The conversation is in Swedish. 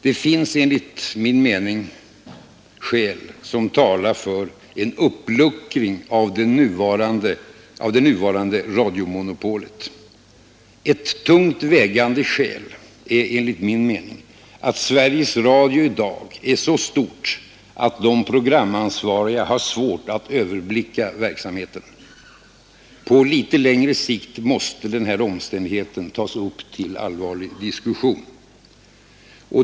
Det finns enligt min mening skäl som talar för en uppluckring av det nuvarande radiomonopolet. Ett tungt vägande skäl är enligt min mening att Sveriges Radio i dag är så stort, att de programansvariga har svårt att överblicka verksamheten. På litet längre sikt måste den här omständigheten tas upp till allvarlig diskussion.